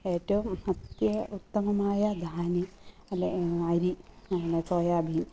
ഏറ്റവും അത്ത്യ ഉത്തമമായ ധാന്യം അല്ലെങ്കിൽ അരി അല്ലെങ്കിൽ സോയാബീൻ